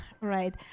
right